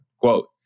Quote